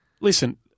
Listen